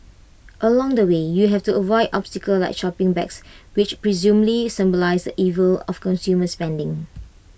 along the way you have to avoid obstacles like shopping bags which presumably symbolise the evils of consumer spending